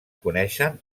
coneixen